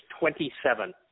27